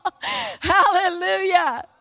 hallelujah